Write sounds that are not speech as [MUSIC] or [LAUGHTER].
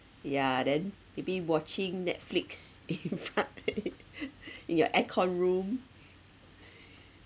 ya then maybe watching netflix in front [LAUGHS] in your aircon room [LAUGHS]